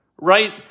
right